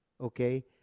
okay